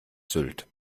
sylt